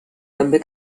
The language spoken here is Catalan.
també